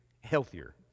healthier